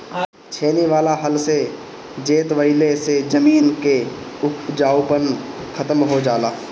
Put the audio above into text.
छेनी वाला हल से जोतवईले से जमीन कअ उपजाऊपन खतम हो जाला